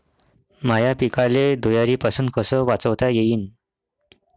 माह्या पिकाले धुयारीपासुन कस वाचवता येईन?